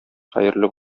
хәерле